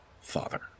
father